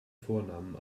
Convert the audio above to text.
vornamen